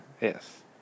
Yes